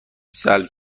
سلب